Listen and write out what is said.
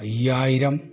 അയ്യായിരം